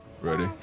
Ready